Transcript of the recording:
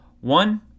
One